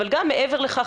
אבל גם מעבר לכך,